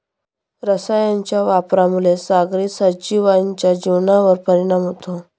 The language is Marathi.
रसायनांच्या वापरामुळे सागरी सजीवांच्या जीवनावर परिणाम होतो